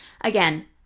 again